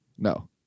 No